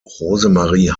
rosemarie